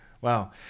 Wow